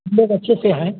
लोग अच्छे से हैं